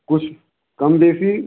कुछ कम बेसी